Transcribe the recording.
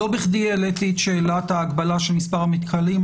לא בכדי העליתי את שאלת ההגבלה של מספר המתקהלים.